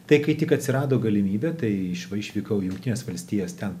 tai kai tik atsirado galimybė tai išvykau į jungtines valstijas ten